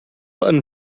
button